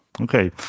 Okay